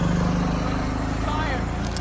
o unrighteous sire!